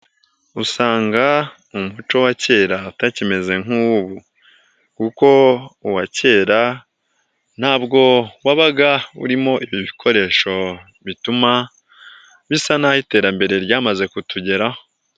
Usanga mu muco wa kera utakimeze nk'uw'ubu kuko uwa kera ntabwo wabaga urimo ibikoresho bituma, bisa n'ah'iterambere ryamaze kutugeraho.